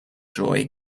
joy